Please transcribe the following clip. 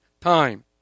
time